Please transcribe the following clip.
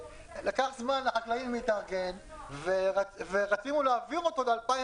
לקח זמן לחקלאים להתארגן ורצינו להעביר אותו ל-2019.